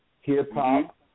hip-hop